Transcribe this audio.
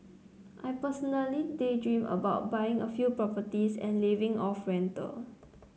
I personally daydream about buying a few properties and living off rental